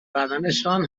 بدنشان